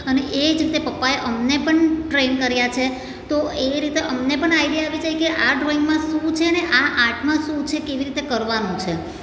અને એ જ રીતે પપ્પાએ અમને પણ ટ્રેન કર્યા છે તો એ રીતે અમને પણ આઇડિયા આવી જાય કે આ ડ્રોઇંગમાં શું છે ને આ આર્ટમાં શું છે કેવી રીતે કરવાનું છે